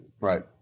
Right